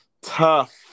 Tough